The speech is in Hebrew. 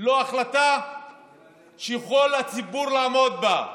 לא החלטה שהציבור יכול לעמוד בה.